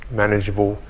manageable